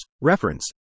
reference